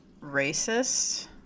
racist